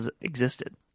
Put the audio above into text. existed